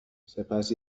سپس